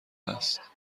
است